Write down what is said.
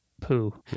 poo